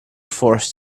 forced